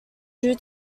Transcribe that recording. due